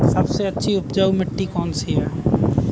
सबसे अच्छी उपजाऊ मिट्टी कौन सी है?